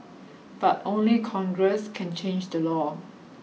but only Congress can change the law